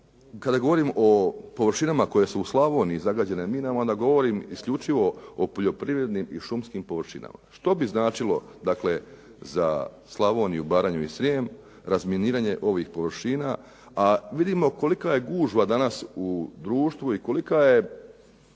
kada govorim o površinama koje su u Slavoniji zagađene minama onda govorim isključivo o poljoprivrednim i šumskim površinama. Što bi značilo dakle za Slavoniju, Baranju i Srijem razminiranje ovih površina, a vidimo kolika je gužva danas u društvu i kolika je